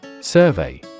Survey